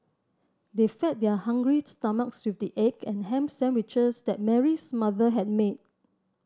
they fed their hungry stomachs with the egg and ham sandwiches that Mary's mother had made